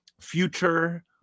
future